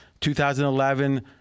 2011